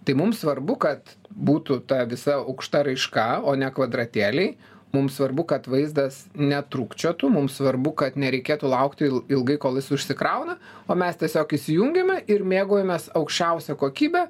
tai mums svarbu kad būtų ta visa aukšta raiška o ne kvadratėliai mums svarbu kad vaizdas netrūkčiotų mums svarbu kad nereikėtų laukti il ilgai kol jis užsikrauna o mes tiesiog įsijungiame ir mėgaujamės aukščiausia kokybe